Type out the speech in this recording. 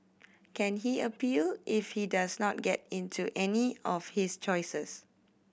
can he appeal if he does not get into any of his choices